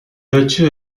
battu